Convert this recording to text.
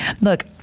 look